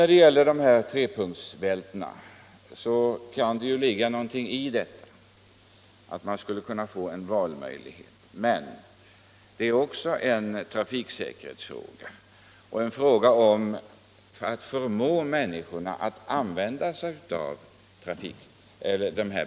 När det sedan gäller trepunktsbältena kan det ligga någonting i önskemålet att få en valmöjlighet. Men detta är också en fråga om trafiksäkerhet och en fråga om att förmå människorna att använda sig av bältena.